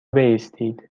بایستید